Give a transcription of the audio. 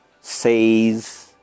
says